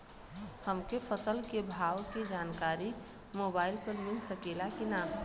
हमके फसल के भाव के जानकारी मोबाइल पर मिल सकेला की ना?